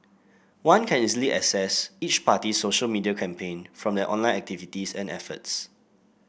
one can easily assess each party's social media campaign from their online activities and efforts